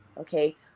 Okay